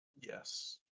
Yes